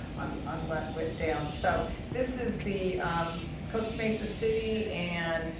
on on what went down. so this is the costa mesa city and